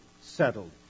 settled